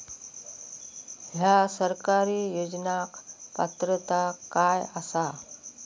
हया सरकारी योजनाक पात्रता काय आसा?